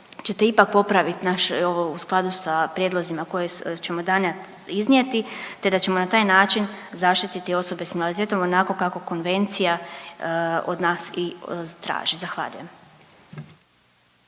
ćete ipak popraviti naš ovo u skladu sa prijedlozima koje ćemo danas iznijeti, te da ćemo na taj način zaštiti osobe sa invaliditetom onako kako konvencija od nas i traži. Zahvaljujem.